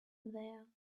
there